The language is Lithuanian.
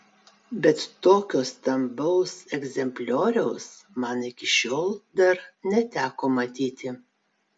bet tokio stambaus egzemplioriaus man iki šiol dar neteko matyti